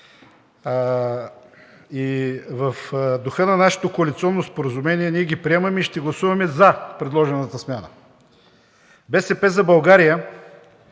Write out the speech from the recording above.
И в духа на нашето коалиционно споразумение ние ги приемаме и ще гласуваме за предложената смяна. „БСП за България“